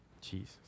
Jesus